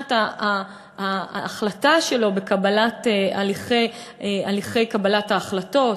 עוצמת ההחלטה שלו בהליכי קבלת ההחלטות,